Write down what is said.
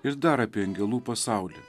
ir dar apie angelų pasaulį